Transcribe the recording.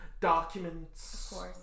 documents